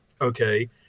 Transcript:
okay